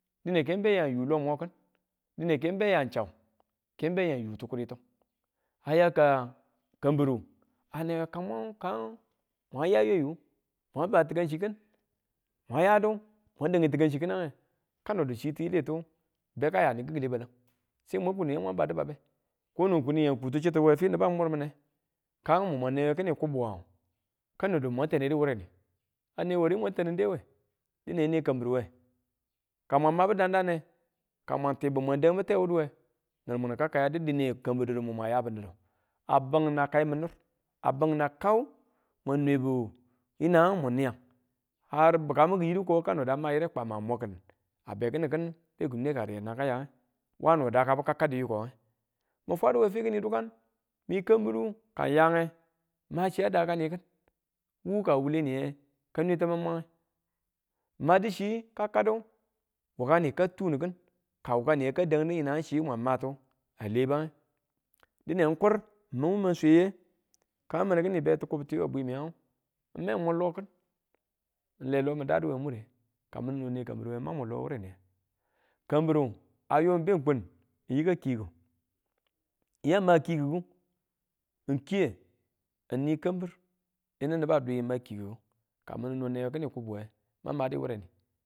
Dine ken be yan n yuu lomo ki̱n, dine ken beya chau ken beya yuu tikuritu aya ka kambiru, ane we kanmwang kangu mwang ya yayu mwa ba tikangchi ki̱n mwan yadu mwan danwe chi kinange kono du chi tiyilitu be ya ni kikile balang se mwan kunu yama badu babbe kono kun yan kutu chitu we fi niba mur mine kang mi mwa newe kini kubuwang kanodu mwa tane du wureni a ne ware mwan taninde we dine ne kambiruwe, kama mabu dandane ka mwan tibu mwan danbu tewuduwe, nirmunu ka kayadu dine kambir didu mwan yabin didu mwan yabun dudu a bung a kai min nir a bung a kau mwan nwebu yinang ka mun niyang ar bika mu kiyidu ko kano a ma yire kwama muk ki̱n a be kini ki̱n beku nweka riye yina ka yange wano dakabu ka kaddi yikonge min fwaduwe fi kini dukun mi kambiru kaan yange, ma chiya dakakin wu kawuleniye ka nwe tamange madi chi kaddu wuka ni ka tunikin ka wukani ka deddi yanang chi mum ma tu, alenge dine n kur min ma sweye ka mini beti kubti we bwimiyang n me n mun lo ki̱n ale n dadu we mure ka min no ne kambiru wenwe ma mun lo we, wureniye kambiru ayo du n kun n yaka kiiku n yamma kiikiku n kiiye n ni kambir yinu nama dwi n ma kiikiku ka min no newe kinin kubuwe.